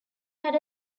had